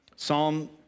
Psalm